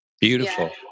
Beautiful